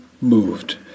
moved